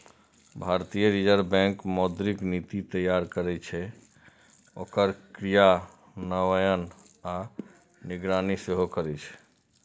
भारतीय reserve bank मौद्रिक नीति तैयार करै छै, ओकर क्रियान्वयन आ निगरानी सेहो करै छै